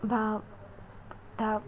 বা